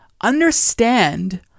understand